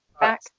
back